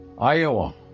Iowa